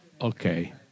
okay